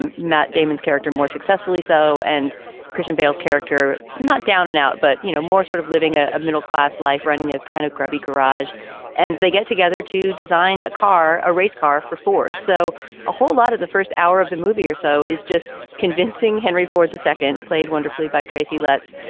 and matt damon's character more successfully so, and christian bale's character not down and out, but, you know, more sort of living a a middle class life, running a kind of grubby garage and they get together to design a car, a race car for ford. so a whole lot of the first hour of the movie or so is just convincing. convincing. henry ford, the second played wonderfully by tracy letts,